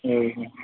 એવું છે